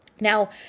Now